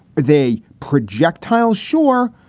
they projectile? sure.